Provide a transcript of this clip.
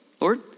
Lord